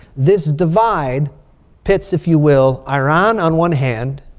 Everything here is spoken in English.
this divide pits, if you will, iran on one hand.